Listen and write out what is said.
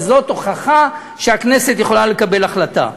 וזאת הוכחה שהכנסת יכולה לקבל החלטה.